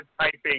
typing